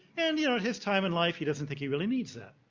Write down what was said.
and, you know, at his time in life, he doesn't think he really needs that.